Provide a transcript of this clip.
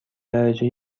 درجه